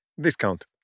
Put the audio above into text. Discount